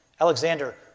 Alexander